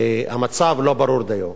לא ברור דיו.